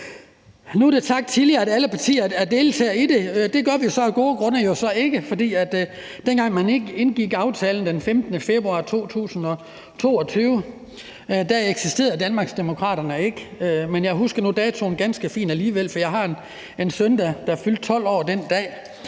Nu er det blevet sagt tidligere, at alle partier deltager i det. Det gør vi så af gode grunde ikke, for dengang man indgik aftalen den 15. februar 2022, eksisterede Danmarksdemokraterne ikke, men jeg husker datoen ganske fint alligevel, for jeg har en søn, der fyldte 12 år den dag,